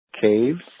caves